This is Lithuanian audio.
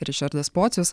ričardas pocius